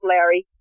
Larry